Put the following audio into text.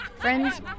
Friends